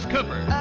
Cooper